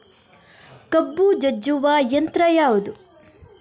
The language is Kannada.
ಕಬ್ಬು ಜಜ್ಜುವ ಯಂತ್ರ ಯಾವುದು?